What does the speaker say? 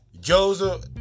Joseph